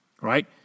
right